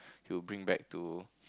he will bring back to